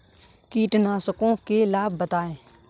कीटनाशकों के लाभ बताएँ?